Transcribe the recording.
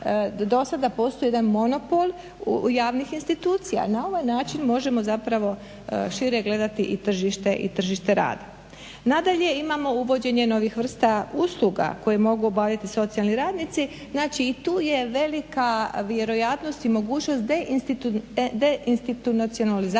do sada postoji jedan monopol javnih institucija. Na ovaj način možemo zapravo šire gledati i tržište rada. Nadalje imamo uvođenje novih vrsta usluga koje mogu obavljati socijalni radnici. Znači i tu je velika vjerojatnost i mogućnost deinstitucionalizacije